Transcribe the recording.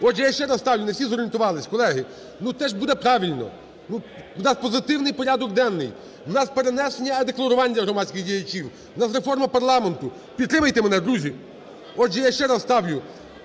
Отже, я ще раз ставлю, не всі зорієнтувались. Колеги, ну це ж буде правильно, у нас позитивний порядок денний, у нас перенесення декларувань для громадських діячів, у нас реформа парламенту. Підтримайте мене, друзі! Отже, я ще раз ставлю,